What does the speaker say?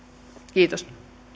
kiitos sitten